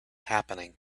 happening